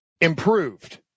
improved